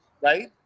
Right